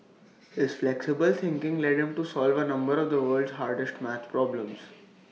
his flexible thinking led him to solve A number of the world's hardest math problems